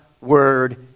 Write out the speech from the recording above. Word